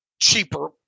cheaper